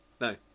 No